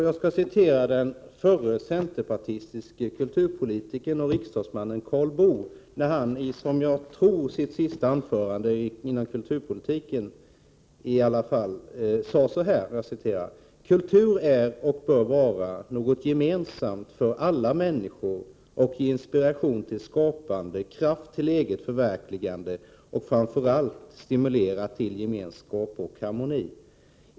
Jag skall citera den förre centerpartistiske kulturpolitikern och riksdagsmannen Karl Boo som i sitt sista anförande på det kulturpolitiska området sade: ”Kultur är och bör vara något gemensamt för alla människor och ge inspiration till skapande, kraft till eget förverkligande och framför allt stimulera till gemenskap och harmoni.